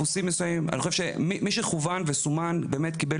אני חושב שמי שכוון וסומן באמת קיבל